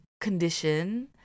condition